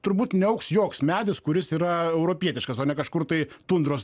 turbūt neaugs joks medis kuris yra europietiškas o ne kažkur tai tundros